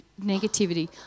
negativity